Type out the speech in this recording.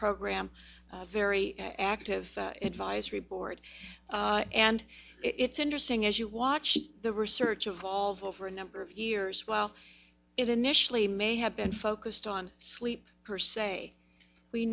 program very active advisory board and it's interesting as you watch the research of over a number of years well it initially may have been focused on sleep per se we